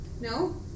No